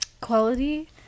Quality